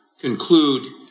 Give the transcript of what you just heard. conclude